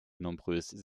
nombreuses